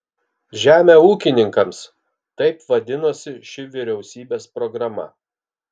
žemę ūkininkams taip vadinosi ši vyriausybės programa